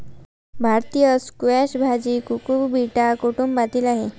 भारतीय स्क्वॅश भाजी कुकुबिटा कुटुंबातील आहे